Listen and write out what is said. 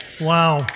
Wow